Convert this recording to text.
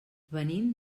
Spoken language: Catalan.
venim